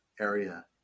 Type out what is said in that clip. area